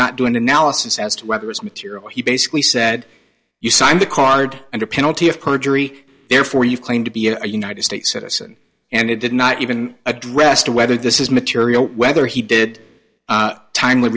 not do an analysis as to whether it's material he basically said you signed the card under penalty of perjury therefore you claim to be a united states citizen and it did not even address to whether this is material whether he did time